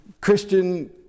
Christian